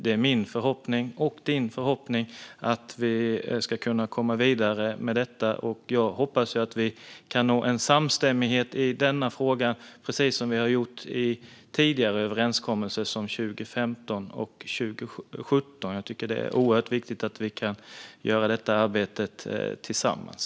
Det är min förhoppning och din förhoppning att vi ska kunna komma vidare med detta. Jag hoppas att vi kan nå en samstämmighet i denna fråga precis som vi har gjort i tidigare överenskommelser som de 2015 och 2017. Jag tycker att det är oerhört viktigt att vi kan göra detta arbete tillsammans.